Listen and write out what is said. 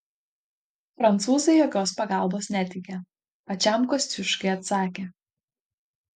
prancūzai jokios pagalbos neteikia pačiam kosciuškai atsakė